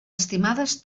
estimades